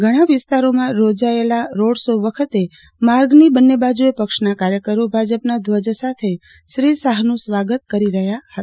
ઘણા વિસ્તારોમાં યોજાયેલા રોડ શો વખતે માર્ગની બંને બાજુએ પક્ષના કાર્યકરો ભાજપના ધ્વજ સાથે શ્રી શાહનું સ્વાગત કરી રહ્યા હતા